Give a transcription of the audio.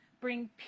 bring